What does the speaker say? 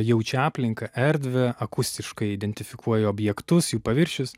jaučia aplinką erdvę akustiškai identifikuoja objektus jų paviršius